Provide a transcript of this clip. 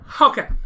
Okay